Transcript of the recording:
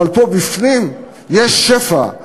אבל פה בפנים יש שפע,